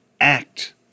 act